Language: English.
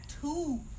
two